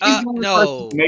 No